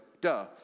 duh